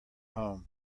home